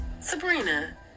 Sabrina